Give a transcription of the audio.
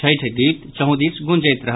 छठि गीत चहुदिस गुंजैत रहल